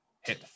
hit